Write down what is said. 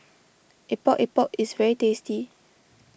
Epok Epok is very tasty